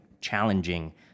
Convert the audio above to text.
challenging